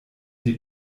die